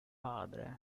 padre